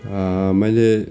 मैले